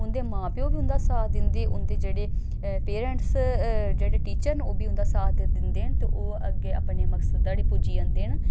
उं'दे मां प्यो बी उं'दा साथ दिंदे उं'दे जेह्ड़े पेरेंट्स जेह्ड़े टीचर न ओह् बी उं'दा साथ दिंदे न ते ओह् अग्गें अपने मकसद धोड़ी पुज्जी जंदे न